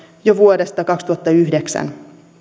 jo vuodesta kaksituhattayhdeksän